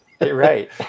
Right